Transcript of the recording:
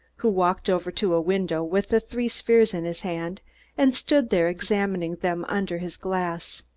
who walked over to a window with the three spheres in his hand and stood there examining them under his glass.